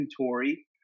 inventory